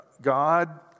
God